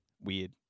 Weird